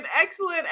excellent